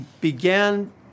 began